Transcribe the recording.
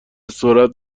سرعت